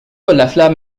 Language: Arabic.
الأفلام